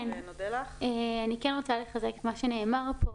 אני רוצה לחזק את מה שנאמר פה.